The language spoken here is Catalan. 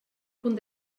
punt